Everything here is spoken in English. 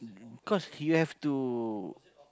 because you have to